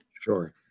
Sure